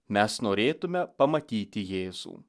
mes norėtume pamatyti jėzų